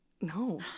No